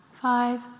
five